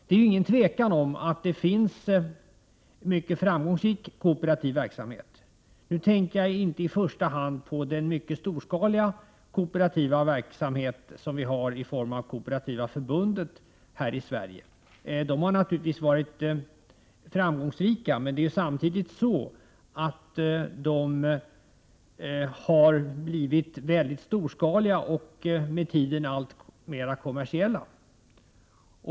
Det råder inte något tvivel om att det finns mycket framgångsrik kooperativ verksamhet. Jag tänker då inte i första hand på den mycket storskaliga kooperativa verksamhet som Kooperativa förbundet bedriver här i Sverige. Kooperativa förbundet har naturligtvis varit framgångsrikt, men samtidigt har KF blivit mycket storskaligt och med tiden alltmer kommersiellt.